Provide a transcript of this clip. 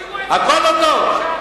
תשאירו את זה, הכול לא טוב?